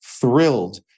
thrilled